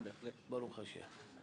ברוך השם.